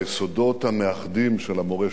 היסודות המאחדים של המורשת שלו,